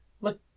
Look